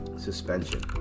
suspension